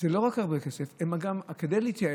זה לא רק הרבה כסף, אלא גם כדי להתייעל,